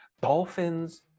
dolphins